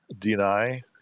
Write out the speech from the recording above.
deny